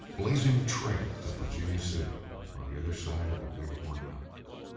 blazing a trail to virginia city on the other side of the bighorn mountains.